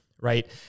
right